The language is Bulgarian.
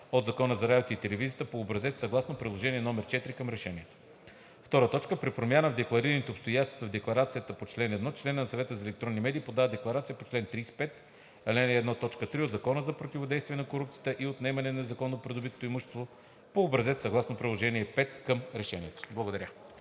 от Закона за радиото и телевизията по образец съгласно приложение № 4 към решението. 2. При промяна в декларираните обстоятелства в декларацията по т. 1, членът на Съвета за електронни медии подава декларация по чл. 35, ал. 1, т. 3 от Закона за противодействие на корупцията и за отнемане на незаконно придобитото имущество по образец съгласно приложение № 5 към решението.“ Благодаря.